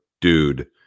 dude